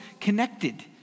connected